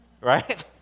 right